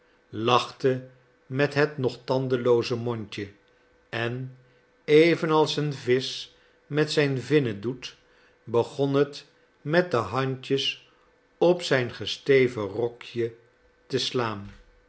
lachte met het nog tandelooze mondje en evenals een visch met zijn vinnen doet begon het met de handjes op zijn gesteven rokje te slaan